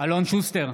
אלון שוסטר,